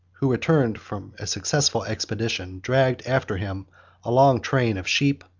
who returned from a successful expedition, dragged after him a long train of sheep,